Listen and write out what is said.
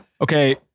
Okay